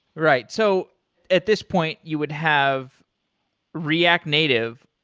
right. so at this point, you would have react native,